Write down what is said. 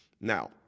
Now